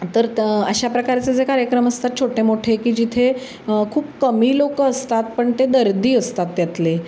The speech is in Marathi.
तर तर अशा प्रकारचे जे कार्यक्रम असतात छोटे मोठे की जिथे खूप कमी लोकं असतात पण ते दर्दी असतात त्यातले